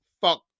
fuck